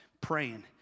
praying